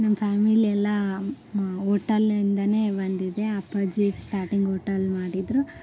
ನಮ್ಮ ಫ್ಯಾಮಿಲಿ ಎಲ್ಲ ಹೋಟೆಲ್ಲಿಂದನೇ ಬಂದಿದೆ ಅಪ್ಪಾಜಿ ಸ್ಟಾಟಿಂಗ್ ಓಟೆಲ್ ಮಾಡಿದರು